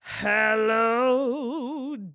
Hello